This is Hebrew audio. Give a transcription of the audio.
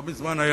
לא מזמן היה